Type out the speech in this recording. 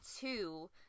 two